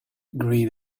green